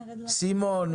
סימון,